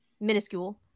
minuscule